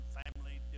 family